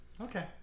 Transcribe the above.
Okay